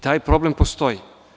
Taj problem postoji.